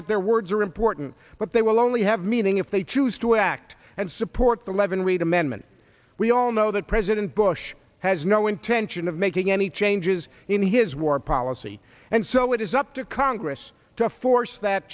that their words are important but they will only have meaning if they choose to act and support the levin reid amendment we all know that president bush has no intention of making any changes in his war policy and so it is up to congress to force that